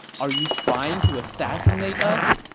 are you trying to assassinate us?